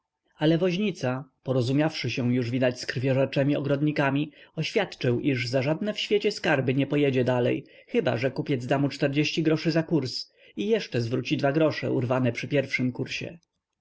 jak kamień wyrzucony z procy wpadł w dorożkę ale woźnica porozumiawszy się już widać z krwiożerczymi ogrodnikami oświadczył iż za żadne w świecie skarby nie pojedzie dalej chyba że kupiec da mu groszy za kurs i jeszcze zwróci dwa grosze urwane przy pierwszym kursie